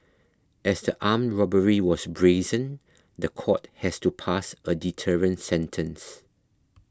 as the armed robbery was brazen the court has to pass a deterrent sentence